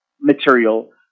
material